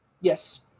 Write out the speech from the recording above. Yes